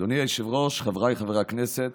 אדוני היושב-ראש, חבריי חברי הכנסת,